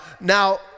Now